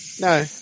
No